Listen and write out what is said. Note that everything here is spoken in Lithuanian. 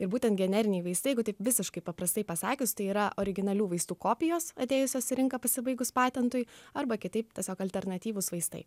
ir būtent generiniai vaistai jeigu taip visiškai paprastai pasakius tai yra originalių vaistų kopijos atėjusios į rinką pasibaigus patentui arba kitaip tiesiog alternatyvūs vaistai